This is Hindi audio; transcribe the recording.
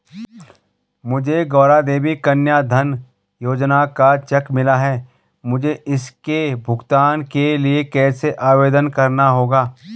मुझे गौरा देवी कन्या धन योजना का चेक मिला है मुझे इसके भुगतान के लिए कैसे आवेदन करना होगा?